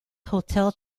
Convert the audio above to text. hotel